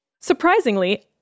Surprisingly